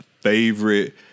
favorite